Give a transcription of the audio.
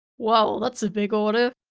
wow that's a big order